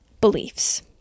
beliefs